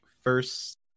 first